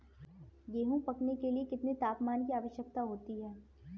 गेहूँ पकने के लिए कितने तापमान की आवश्यकता होती है?